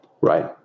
Right